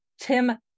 tim